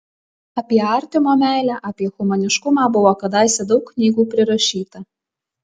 apie artimo meilę apie humaniškumą buvo kadaise daug knygų prirašyta